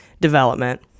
development